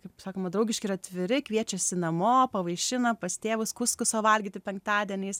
kaip sakoma draugiški ir atviri kviečiasi namo pavaišina pas tėvus kuskuso o valgyti penktadieniais